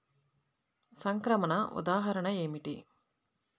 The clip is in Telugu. సంక్రమణ ఉదాహరణ ఏమిటి?